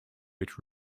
which